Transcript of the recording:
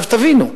תבינו,